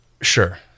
Sure